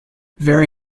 very